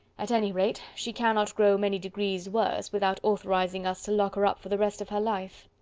at any rate, she cannot grow many degrees worse, without authorising us to lock her up for the rest of her life.